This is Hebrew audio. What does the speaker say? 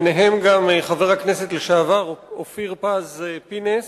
וביניהם גם חבר הכנסת לשעבר אופיר פינס-פז,